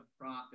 profit